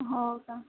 हो का